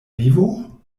vivo